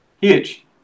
huge